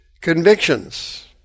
convictions